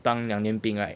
当两年兵 right